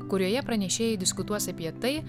kurioje pranešėjai diskutuos apie tai